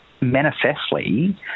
manifestly